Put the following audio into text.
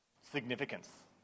significance